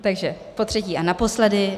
Takže potřetí a naposledy.